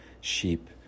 sheep